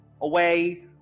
away